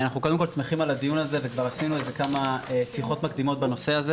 אנחנו שמחים על הדיון ועשינו כמה שיחות מקדימות על הנושא.